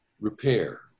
repair